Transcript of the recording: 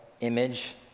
image